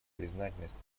признательность